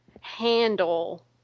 handle